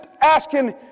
asking